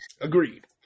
Agreed